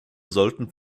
sollten